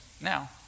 now